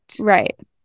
right